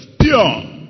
pure